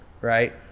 right